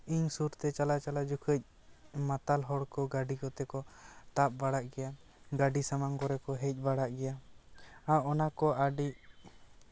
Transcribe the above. ᱤᱧ ᱥᱩᱨᱛᱮ ᱪᱟᱞᱟᱣ ᱪᱟᱞᱟᱣ ᱡᱚᱠᱷᱚᱡ ᱢᱟᱛᱟᱞ ᱦᱚᱲᱠᱚ ᱜᱟᱹᱰᱤ ᱠᱚᱛᱮ ᱠᱚ ᱛᱟᱵ ᱵᱟᱲᱟᱜ ᱜᱮᱭᱟ ᱜᱟᱹᱰᱤ ᱥᱟᱢᱟᱝ ᱠᱚᱨᱮᱜ ᱠᱚ ᱦᱩᱭ ᱵᱟᱲᱟᱜ ᱜᱮᱭᱟ ᱟᱨ ᱚᱱᱟ ᱠᱚ ᱟᱹᱰᱤ